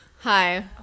Hi